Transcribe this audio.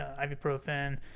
ibuprofen